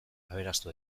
aberastu